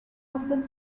opened